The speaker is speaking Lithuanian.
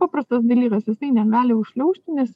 paprastas dalykas jisai negali užšliaužti nes